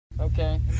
Okay